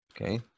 okay